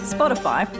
Spotify